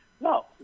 no